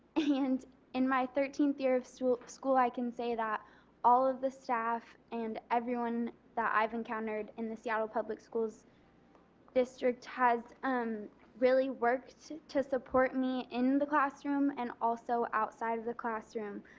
and in my thirteenth year at school school i can say that all of the staff and everyone that i have encountered in the seattle public schools district has um really worked to support me in the classroom and also outside of the classroom.